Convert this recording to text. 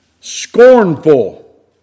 scornful